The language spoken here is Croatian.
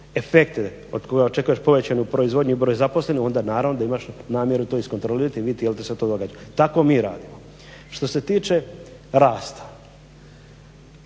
efekte, od koga očekuješ povećanu proizvodnju i broj zaposlenih onda naravno da imaš namjeru to iskontrolirati i vidjeti jel ti se to događa. Tako mi radimo. Što se tiče rasta,